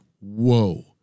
whoa